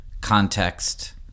context